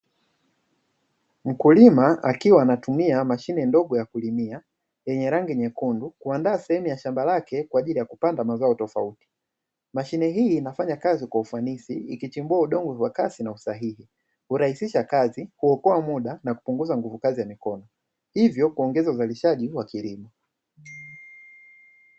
Mkulima akiwa anatumia mashine ndogo ya kulimia yenye rangi nyekundu kuandaa sehemu ya shamba lake kwa ajili ya kupanda mazao tofauti, mashine hii inafanya kazi kwa ufanisi ikichimbua udongo kwa kasi na usahihi, kurahisisha kazi, kuokoa muda na kupunguza nguvu kazi ya mikono hivyo kuongeza uzalishaji wa kilimo.